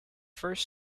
first